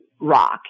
rock